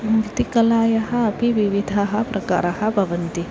मूर्तिकलायाः अपि विविधाः प्रकाराः भवन्ति